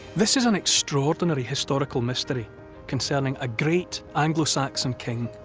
this is an extraordinary historical mystery concerning a great anglo-saxon king.